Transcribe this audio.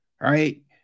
right